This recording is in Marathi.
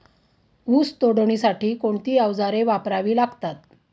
ऊस तोडणीसाठी कोणती अवजारे वापरावी लागतात?